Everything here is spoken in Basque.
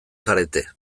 zarete